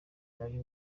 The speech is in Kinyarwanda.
nari